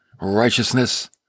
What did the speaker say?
righteousness